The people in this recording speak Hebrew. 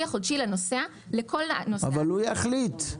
אבל הוא יחליט.